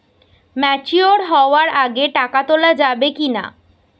Mature হওয়ার আগে টাকা তোলা যাবে কিনা?